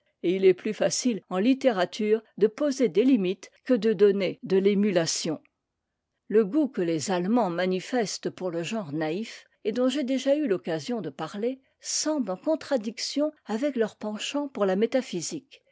il est plus facile en littérature de poser des limites que de donner de ému ation le goût que les allemands manifestent pour le genre naïf et dont j'ai déjà eu l'occasion de parler semble en contradiction avec leur penchant pour la métaphysique